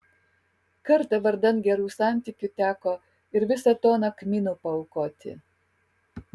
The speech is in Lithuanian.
kartą vardan gerų santykių teko ir visą toną kmynų paaukoti